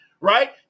right